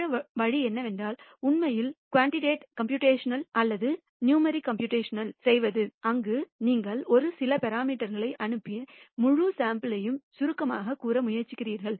மற்ற வழி என்னவென்றால் உண்மையில் குவாண்டிடேட்டி கம்ப்யூடேஷன் அல்லது நியூமரிகள் கம்ப்யூடேஷன் செய்வது அங்கு நீங்கள் ஒரு சில பராமீட்டர்களை அனுப்பிய முழு சாம்பிள் யையும் சுருக்கமாகக் கூற முயற்சிக்கிறீர்கள்